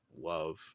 love